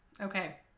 Okay